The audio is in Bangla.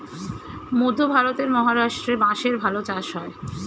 মধ্যে ভারতের মহারাষ্ট্রে বাঁশের ভালো চাষ হয়